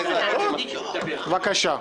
בבקשה.